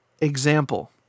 Example